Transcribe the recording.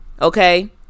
okay